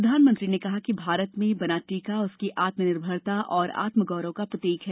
प्रधानमंत्री ने कहा कि भारत में बना टीका उसकी आत्मनिर्भरता और आत्मा गौरव का प्रतीक है